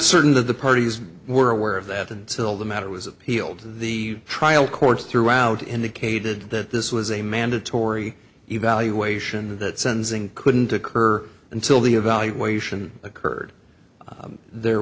certain that the parties were aware of that until the matter was appealed to the trial courts throughout indicated that this was a mandatory evaluation and that sentencing couldn't occur until the evaluation occurred there